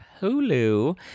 Hulu